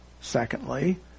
Secondly